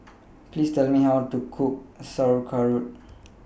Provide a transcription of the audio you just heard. Please Tell Me How to Cook Sauerkraut